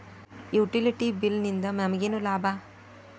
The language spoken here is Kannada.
ಯುಟಿಲಿಟಿ ಬಿಲ್ ನಿಂದ್ ನಮಗೇನ ಲಾಭಾ?